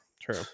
true